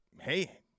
hey